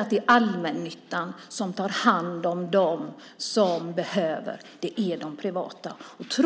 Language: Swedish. inte allmännyttan som tar hand om dem som behöver hjälp. Det är de privata värdarna.